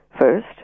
first